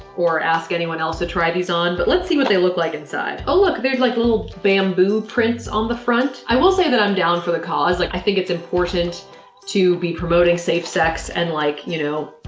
or ask anyone else to try these on. but let's see what they look like inside. oh look, there's like little bamboo prints on the front. i will say that i'm down for the cause. like, i think it's important to be promoting safe sex. and like you know,